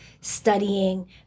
studying